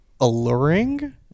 alluring